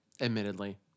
admittedly